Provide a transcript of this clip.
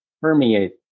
permeate